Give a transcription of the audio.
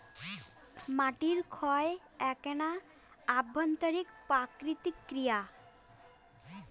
মাটির ক্ষয় এ্যাকনা অভ্যন্তরীণ প্রাকৃতিক ক্রিয়া